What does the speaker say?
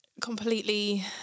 completely